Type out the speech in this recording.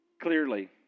Clearly